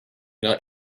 cannot